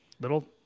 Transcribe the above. little